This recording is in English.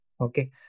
Okay